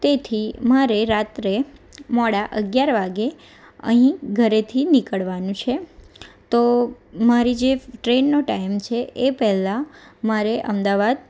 તેથી મારે રાત્રે મોડા અગિયાર વાગ્યે અહીં ઘરેથી નીકળવાનું છે તો મારી જે ટ્રેનનો ટાઈમ છે એ પહેલાં મારે અમદાવાદ